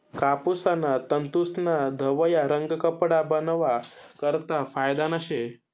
कापूसना तंतूस्ना धवया रंग कपडा बनावा करता फायदाना शे